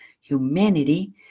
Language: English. humanity